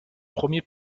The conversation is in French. premiers